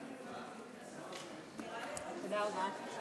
להירשם כנמנע.